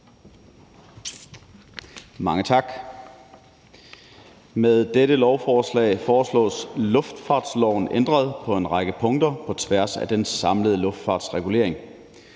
Mange tak. Med dette lovforslag foreslås luftfartsloven ændret på en række punkter på tværs af den samlede luftfartsregulering.